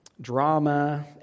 drama